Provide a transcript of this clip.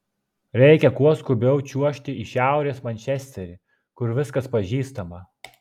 reikia kuo skubiau čiuožti į šiaurės mančesterį kur viskas pažįstama